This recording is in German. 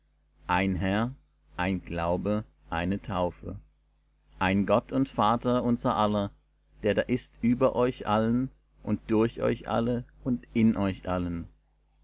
ein herr ein glaube eine taufe ein gott und vater unser aller der da ist über euch allen und durch euch alle und in euch allen